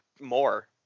more